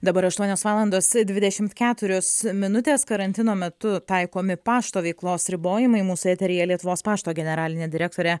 dabar aštuonios valandos dvidešimt keturios minutės karantino metu taikomi pašto veiklos ribojimai mūsų eteryje lietuvos pašto generalinė direktorė